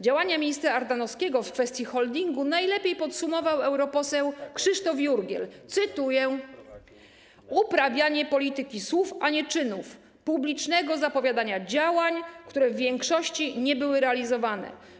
Działania ministra Ardanowskiego w kwestii holdingu najlepiej podsumował europoseł Krzysztof Jurgiel, cytuję: Uprawianie polityki słów, a nie czynów, publicznego zapowiadania działań, które w większości nie były realizowane.